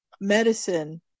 medicine